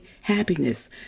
happiness